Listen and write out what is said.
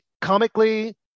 comically